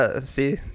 see